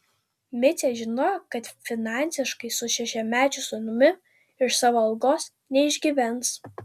micė žinojo kad finansiškai su šešiamečiu sūnumi iš savo algos neišgyvens